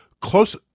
close